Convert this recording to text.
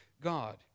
God